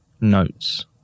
notes